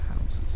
houses